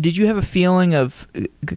did you have a feeling of